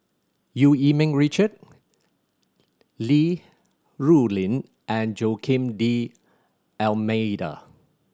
Eu Yee Ming Richard Li Rulin and Joaquim D'Almeida